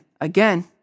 again